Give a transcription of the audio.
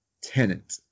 Tenant